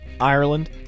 Ireland